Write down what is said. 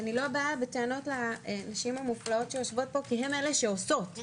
אני לא באה בטענות לנשים המופלאות שיושבות פה כי הן אלה שעושות,